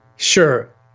Sure